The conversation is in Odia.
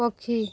ପକ୍ଷୀ